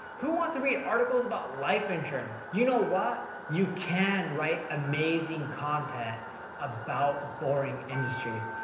who wants to read articles about life insurance? you know what? you can write amazing content about boring industries.